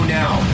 now